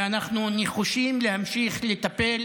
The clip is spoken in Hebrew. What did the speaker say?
ואנחנו נחושים להמשיך לטפל